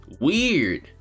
weird